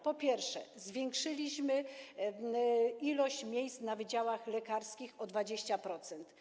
Po pierwsze, zwiększyliśmy liczbę miejsc na wydziałach lekarskich o 20%.